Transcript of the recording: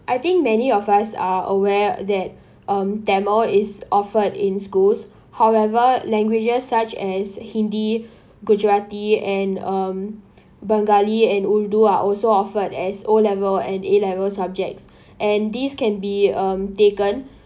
I think many of us are aware that um tamil is offered in schools however languages such as hindi gujarati and um bengali and urdu are also offered as o-level and a-level subjects and these can be um taken